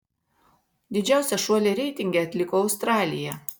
didžiausią šuolį reitinge atliko australija